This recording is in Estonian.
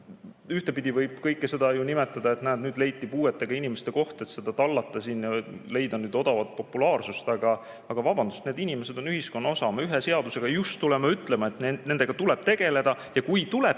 ühtpidi võib kõike seda ju nimetada nii, et näed, nüüd leiti puuetega inimeste koht, et seda tallata ja leida odavat populaarsust. Aga vabandust, need inimesed on ühiskonna osa. Me ühe seadusega just tuleme ütlema, et nendega tuleb tegeleda, ja kui tuleb